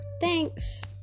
Thanks